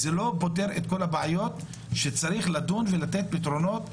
זה לא פותר את כל הבעיות שצריך לדון בהן ולתת פתרונות.